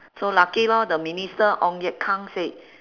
so lucky lor the minister ong-ye-kung said